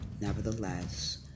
Nevertheless